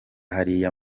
hariya